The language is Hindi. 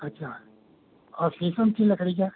अच्छा और शीशम की लकड़ी का